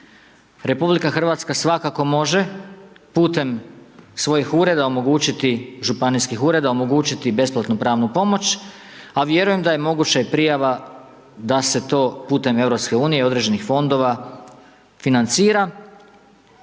vratiti njima. RH svakako može putem svojih Ureda omogućiti, županijskih Ureda omogućiti besplatnu pravnu pomoć, a vjerujem da je moguća i prijava da se to putem EU, određenih fondova, financira